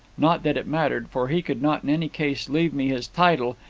not that it mattered, for he could not in any case leave me his title,